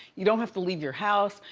you don't have to leave your house.